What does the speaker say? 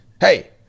Hey